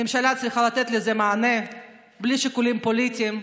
הממשלה צריכה לתת לזה מענה בלי שיקולים פוליטיים,